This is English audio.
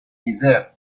desert